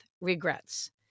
regrets